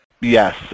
Yes